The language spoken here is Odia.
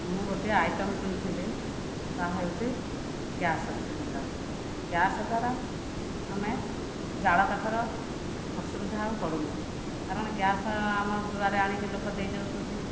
ମୁଁ ଗୋଟିଏ ଆଇଟମ୍ କିଣିଥିଲି ତାହା ହେଉଛି ଗ୍ୟାସ୍ ସିଲିଣ୍ଡର୍ ଗ୍ୟାସ୍ ଦ୍ଵାରା ଆମେ ଜାଳ କାଠର ଅସୁବିଧା ଆଉ ପଡ଼ୁନି କାରଣ ଗ୍ୟାସ୍ ଆମର ଦୁଆରେ ଲୋକ ଆଣିକି ଦେଇ ଯାଉଛନ୍ତି